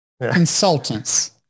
Consultants